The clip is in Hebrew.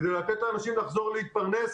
כדי לתת לאנשים לחזור להתפרנס.